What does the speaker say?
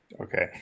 Okay